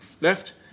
left